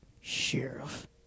Sheriff